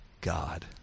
God